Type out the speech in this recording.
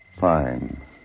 Fine